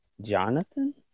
Jonathan